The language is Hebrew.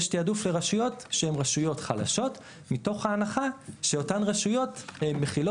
יש תעדוף רשויות שהן רשויות חלשות מתוך ההנחה שאותן רשויות מכילות